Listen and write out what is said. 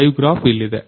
live graph ಇಲ್ಲಿದೆ